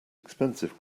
expensive